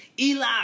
Eli